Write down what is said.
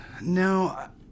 no